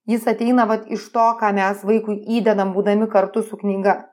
jis ateina vat iš to ką mes vaikui įdedam būdami kartu su knyga